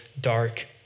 dark